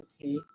okay